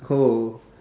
oh